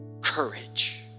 Courage